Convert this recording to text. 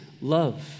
love